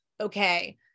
Okay